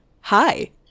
Hi